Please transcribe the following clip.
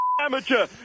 amateur